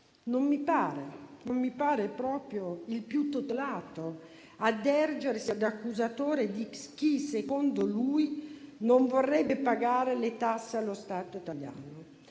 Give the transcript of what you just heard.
Non mi pare proprio il più titolato a ergersi ad accusatore di chi secondo lui non vorrebbe pagare le tasse allo Stato italiano.